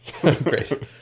Great